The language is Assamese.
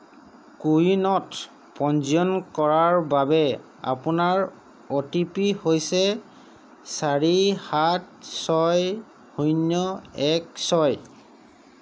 কোৱিনত পঞ্জীয়ন কৰাৰ বাবে আপোনাৰ অ' টি পি হৈছে চাৰি সাত ছয় শূণ্য এক ছয়